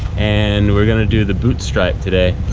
and we're going to do the boot stripe today.